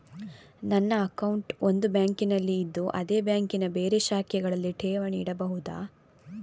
ನನ್ನ ಅಕೌಂಟ್ ಒಂದು ಬ್ಯಾಂಕಿನಲ್ಲಿ ಇದ್ದು ಅದೇ ಬ್ಯಾಂಕಿನ ಬೇರೆ ಶಾಖೆಗಳಲ್ಲಿ ಠೇವಣಿ ಇಡಬಹುದಾ?